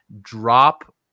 drop